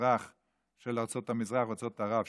המזרח של ארצות המזרח וארצות ערב,